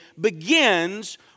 begins